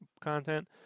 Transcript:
content